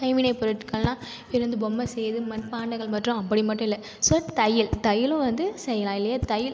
கைவினைப்பொருட்கள்ன்னா இது வந்து பொம்மை செய்கிறது மண் பாண்டங்கள் மற்றும் அப்படி மட்டும் இல்லை ஸோ தையல் தையலும் வந்து செய்யலாம் இல்லையா தையல்